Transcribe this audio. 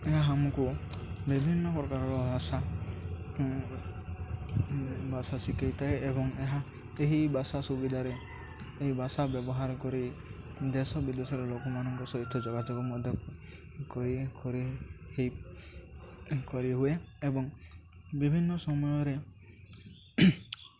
ଏହା ଆମକୁ ବିଭିନ୍ନ ପ୍ରକାରର ଭାଷା ଭାଷା ଶିଖେଇଥାଏ ଏବଂ ଏହା ଏହି ଭାଷା ସୁବିଧାରେ ଏହି ଭାଷା ବ୍ୟବହାର କରି ଦେଶ ବିଦେଶର ଲୋକମାନଙ୍କ ସହିତ ଯୋଗାଯୋଗ ମଧ୍ୟ କରି କରି ହେଇ କରିହୁଏ ଏବଂ ବିଭିନ୍ନ ସମୟରେ